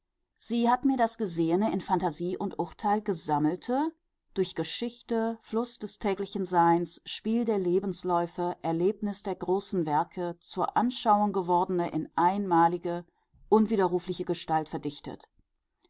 sie hat mir das gesehene in phantasie und urteil gesammelte durch geschichte fluß des täglichen seins spiel der lebensläufe erlebnis der großen werke zur anschauung gewordene in einmalige unwiderrufliche gestalt verdichtet